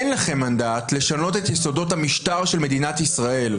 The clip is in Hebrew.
אין לכם מנדט לשנות את יסודות המשטר של מדינת ישראל,